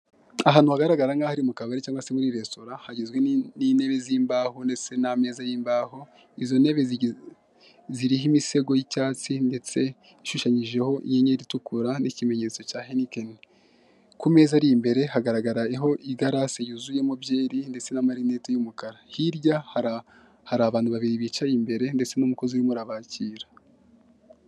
Ahantu hagaragara nk'aho ari mu kabari cyangwa se muri resitora, hagizwe n'intebe z'imbaho ndetse n'ameza y'imbaho, izo ntebe ziriho imisego y'icyatsi ndetse ishushanyijeho inyenyeri itukura n'ikimenyetso cya heineken. Ku meza ari imbere hagaragaraho igarasi yuzuyemo byeri ndetse n'amarineti y'umukara. Hirya hara abantu babiri bicaye imbere ndetse n'umukozi urimo arabakira.